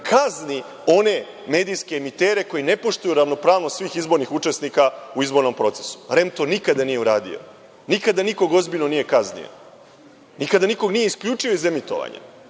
kazni one medijske emitere koji ne poštuju ravnopravnost svih izbornih učesnika u izbornom procesu. To nikada nije uradio REM, nikada nikoga nije ozbiljno kaznio. Nikada nikoga nije isključio iz emitovanja.